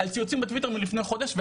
על ציוצים בטוויטר מלפני חודש,